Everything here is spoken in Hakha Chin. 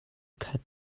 khat